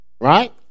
Right